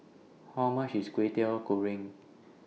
How much IS Kway Teow Goreng